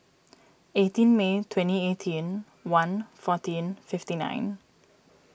eighteen May twenty eighteen one fourteen fifty nine